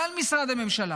כלל משרדי הממשלה.